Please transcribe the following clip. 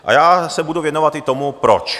A já se budu věnovat i tomu, proč.